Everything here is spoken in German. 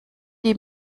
die